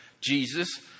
Jesus